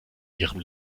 ihrem